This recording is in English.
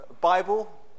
Bible